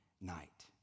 night